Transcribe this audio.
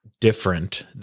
different